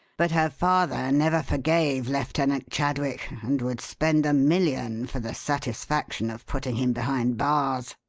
but her father never forgave lieutenant chadwick and would spend a million for the satisfaction of putting him behind bars.